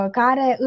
care